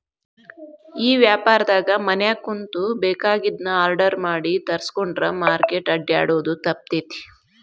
ಈ ವ್ಯಾಪಾರ್ದಾಗ ಮನ್ಯಾಗ ಕುಂತು ಬೆಕಾಗಿದ್ದನ್ನ ಆರ್ಡರ್ ಮಾಡಿ ತರ್ಸ್ಕೊಂಡ್ರ್ ಮಾರ್ಕೆಟ್ ಅಡ್ಡ್ಯಾಡೊದು ತಪ್ತೇತಿ